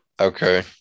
Okay